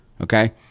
Okay